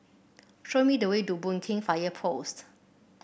show me the way to Boon Keng Fire Post